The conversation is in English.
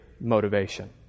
motivation